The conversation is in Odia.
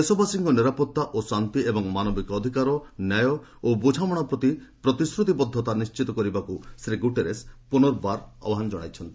ଦେଶବାସୀଙ୍କ ନିରାପତ୍ତା ଓ ଶାନ୍ତି ଏବଂ ମାନବିକ ଅଧିକାର ନ୍ୟାୟ ଓ ବୁଝାମଣା ପ୍ରତି ପ୍ରତିଶ୍ରତିବଦ୍ଧତା ନିଣ୍ଚିତ କରିବାକୁ ଶ୍ରୀ ଗୁଟେରେସ୍ ପୁନର୍ବାର ଆହ୍ୱାନ ଜଣାଇଛନ୍ତି